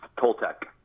Toltec